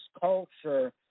culture